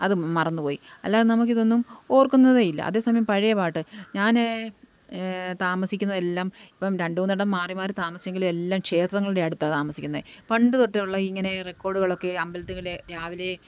അതും മറന്നു പോയി അല്ലാതെ നമുക്കിതൊന്നും ഓർക്കുന്നതേയില്ല അതേ സമയം പഴയ പാട്ട് ഞാൻ താമസിക്കുന്നതെല്ലാം ഇപ്പം രണ്ടു മൂന്നെണ്ണം മാറി മാറി താമസിച്ചെങ്കിലും എല്ലാം ക്ഷേത്രങ്ങളുടെ അടുത്താണ് താമസിക്കുന്നത് പണ്ട് തൊട്ടേ ഉള്ള ഇങ്ങനെ റെക്കോർഡുകളൊക്കെ അമ്പലത്തിലെ രാവിലെ